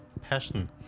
passion